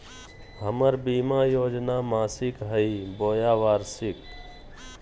हमर बीमा योजना मासिक हई बोया वार्षिक?